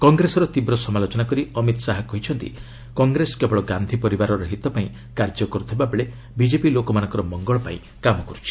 କଂଗ୍ରେସର ତୀବ୍ର ସମାଲୋଚନା କରି ଅମିତ୍ ଶାହା କହିଛନ୍ତି କଂଗ୍ରେସ କେବଳ ଗାନ୍ଧି ପରିବାରର ହିତପାଇଁ କାର୍ଯ୍ୟ କରୁଥିବାବେଳେ ବିଜେପି ଲୋକମାନଙ୍କର ମଙ୍ଗଳ ପାଇଁ କାମ କରୁଛି